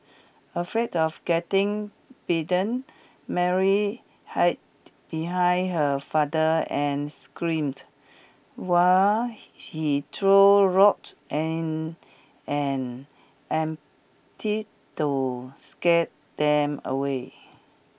afraid of getting bitten Mary hide behind her father and screamed while she threw rocks in an to scared them away